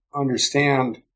understand